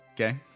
Okay